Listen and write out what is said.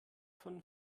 von